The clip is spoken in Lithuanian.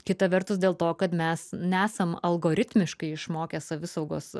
kita vertus dėl to kad mes nesam algoritmiškai išmokę savisaugos